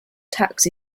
tax